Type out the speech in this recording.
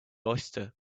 oyster